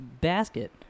basket